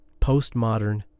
postmodern